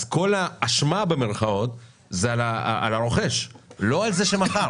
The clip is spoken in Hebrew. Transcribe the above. כל "האשמה" היא על הרוכש ולא על זה שמכר